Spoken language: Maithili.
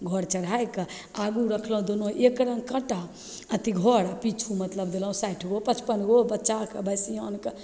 घर चढ़ैके आगू रखलहुँ दुनू एकरङ्ग काँटा अथी घर पिछु मतलब देलहुँ साठिगो पचपनगो बच्चाके भै सिआनके